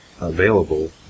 available